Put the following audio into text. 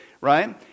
right